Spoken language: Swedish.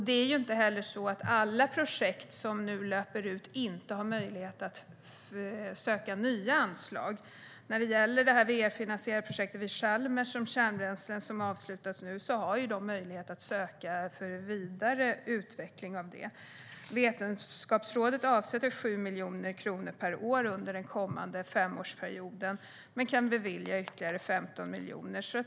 Det är inte så att inte något projekt som nu löper ut har möjlighet att söka nya anslag. När det gäller det VR-finansierade projektet vid Chalmers om kärnbränslen som nu avslutas har man möjlighet att söka medel för vidare utveckling av det. Vetenskapsrådet avsätter 7 miljoner kronor per år under den kommande femårsperioden men kan bevilja ytterligare 15 miljoner.